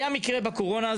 היה מקרה בקורונה,